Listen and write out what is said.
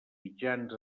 mitjans